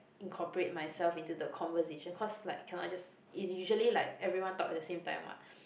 incorporate myself into the conversation cause like cannot just it's usually like everyone talk at the same time what